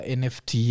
nft